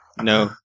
no